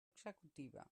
executiva